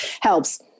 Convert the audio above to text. Helps